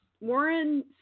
Warren